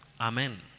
Amen